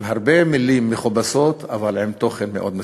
עם הרבה מילים מכובסות אבל עם תוכן מאוד מסוכן.